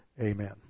Amen